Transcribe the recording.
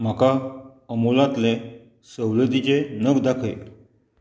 म्हाका अमुलांतले सवलतीचे नग दाखय